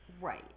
Right